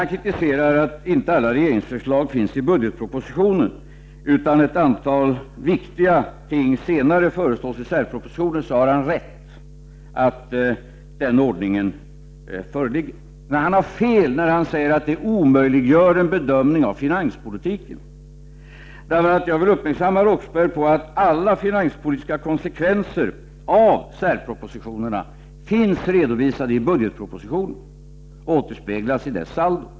Han kritiserar att inte alla regeringsförslag finns med i budgetpropositionen och att ett antal viktiga ting förelås senare i särpropositioner. Ja, han har rätt i att den ordningen föreligger. Men han har fel när han säger att det omöjliggör en bedömning av finanspolitiken. Jag vill göra Claes Roxbergh uppmärksam på att alla finanspolitiska konsekvenser av särpropositionerna finns redovisade i budgetpropositionen och återspeglas i dess saldo.